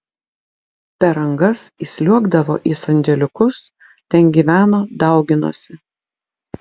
per angas įsliuogdavo į sandėliukus ten gyveno dauginosi